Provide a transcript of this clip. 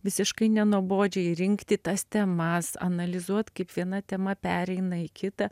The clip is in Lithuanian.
visiškai nenuobodžiai rinkti tas temas analizuoti kaip viena tema pereina į kitą